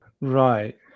Right